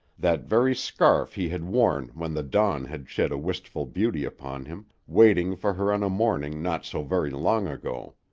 that very scarf he had worn when the dawn had shed a wistful beauty upon him, waiting for her on a morning not so very long ago.